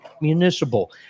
Municipal